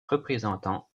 représentant